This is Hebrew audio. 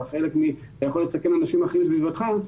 אתה יכול לסכן אנשים אחרים בסביבתך.